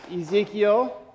Ezekiel